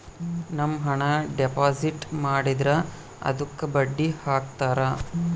ನಮ್ ಹಣ ಡೆಪಾಸಿಟ್ ಮಾಡಿದ್ರ ಅದುಕ್ಕ ಬಡ್ಡಿ ಹಕ್ತರ